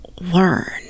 learn